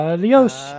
Adiós